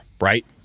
Right